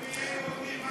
ואם הוא יהיה יהודי?